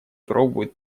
пробует